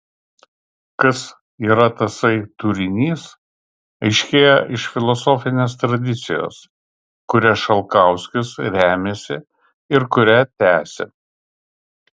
kas yra tasai turinys aiškėja iš filosofinės tradicijos kuria šalkauskis remiasi ir kurią tęsia